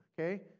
Okay